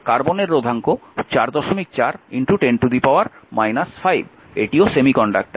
কার্বনের রোধাঙ্ক 4410 5 এটিও সেমিকন্ডাক্টর